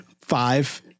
five